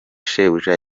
shebuja